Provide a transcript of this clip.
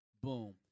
Boom